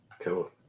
Cool